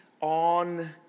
on